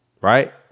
Right